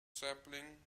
sapling